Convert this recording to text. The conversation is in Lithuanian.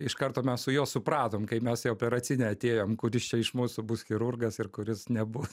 iš karto mes su juo supratom kai mes į operacinę atėjom kuris čia iš mūsų bus chirurgas ir kuris nebus